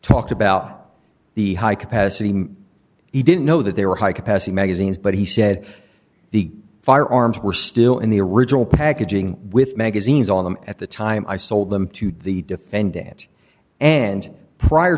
talked about the high capacity he didn't know that they were high capacity magazines but he said the firearms were still in the original packaging with magazines on them at the time i sold them to the defendant and prior